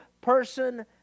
person